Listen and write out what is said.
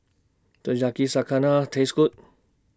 Does Yakizakana Taste Good